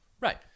Right